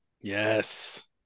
yes